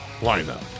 lineup